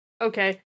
okay